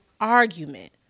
argument